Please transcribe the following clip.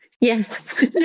yes